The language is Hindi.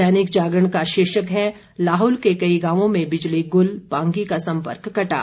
दैनिक जागरण का शीर्षक है लाहुल के कई गांवों में बिजली गुल पांगी का संपर्क कटा